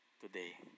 today